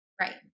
Right